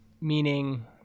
meaning